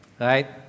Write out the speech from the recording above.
right